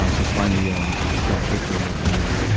um to finally, um, they can't put you in there for more than, ah,